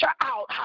out